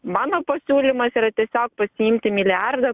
mano pasiūlymas yra tiesiog pasiimti milijardą